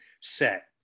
set